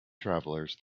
travelers